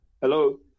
Hello